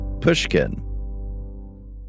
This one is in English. Pushkin